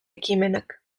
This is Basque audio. ekimenak